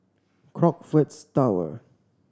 Crockfords Tower